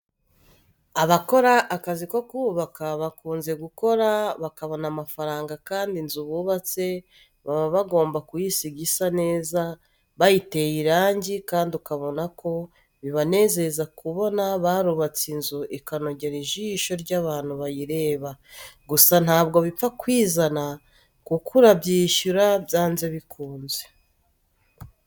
Abakora akazi ko kubaka, bakunze kugakora bakabona amafaranga kandi inzu bubatse baba bagomba kuyisiga isa neza, bayiteye irange kandi ubona ko bibanezeza kubona barubatse inzu ikanogera ijisho ry'abantu bayireba. Gusa ntabwo bipfa kwizana kuko urabyishyura byanze bikunze.